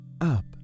up